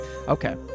Okay